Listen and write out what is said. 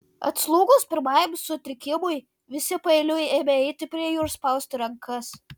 atslūgus pirmajam sutrikimui visi paeiliui ėmė eiti prie jų ir spausti rankas